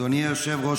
תודה רבה.